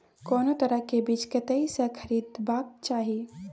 कोनो तरह के बीज कतय स खरीदबाक चाही?